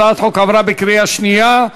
הצעת החוק עברה בקריאה שנייה.